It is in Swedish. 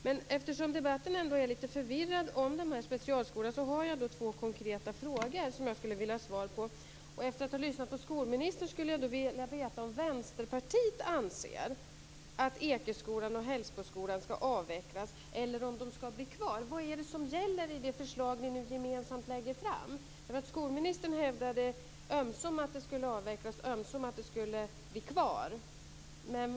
Men eftersom debatten om de här specialskolorna är lite förvirrad har jag ändå två konkreta frågor som jag skulle vilja ha svar på. Efter att ha lyssnat på skolministern skulle jag vilja veta om Vänsterpartiet anser att Ekeskolan och Hällsboskolan ska avvecklas eller om de ska bli kvar. Vad är det som gäller i det förslag som ni nu gemensamt lägger fram? Skolministern hävdade ömsom att de skulle avvecklas, ömsom att de skulle bli kvar.